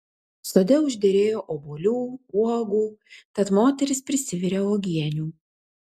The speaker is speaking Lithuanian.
sode užderėjo obuolių uogų tad moteris prisivirė uogienių